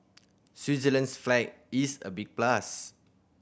Switzerland's flag is a big plus